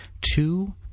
two